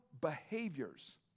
behaviors